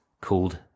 called